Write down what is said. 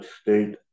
state